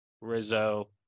Rizzo